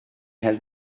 has